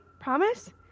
Promise